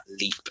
leap